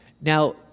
Now